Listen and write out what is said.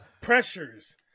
Pressures